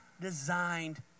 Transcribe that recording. designed